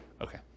Okay